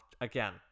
Again